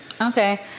Okay